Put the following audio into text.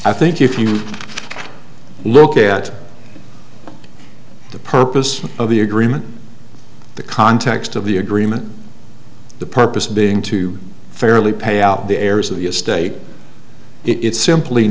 i think if you look at the purpose of the agreement the context of the agreement the purpose being to fairly payout the heirs of the estate it's simply